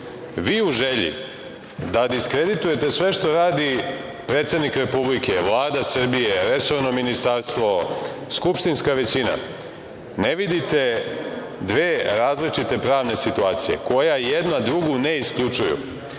Vi u želji, da diskreditujete sve što radi predsednik Republike, Vlada Srbije, resorno ministarstvo, skupštinska većina, ne vidite dve različite pravne situacije, koja jedna drugu ne isključuju. Jedna